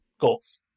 goals